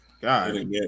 God